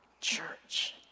church